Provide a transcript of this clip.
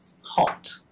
hot